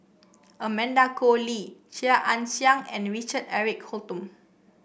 Amanda Koe Lee Chia Ann Siang and Richard Eric Holttum